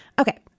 Okay